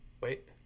Wait